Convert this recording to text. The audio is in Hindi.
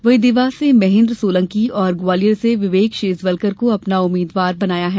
वहीं देवास से महेन्द्र सोलंकी और ग्वालियर से विवेक शेजवलकर को अपना उम्मीदवार बनाया है